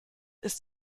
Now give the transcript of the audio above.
ist